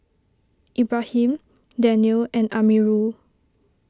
Ibrahim Daniel and Amirul